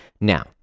Now